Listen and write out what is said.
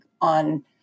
on